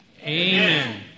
Amen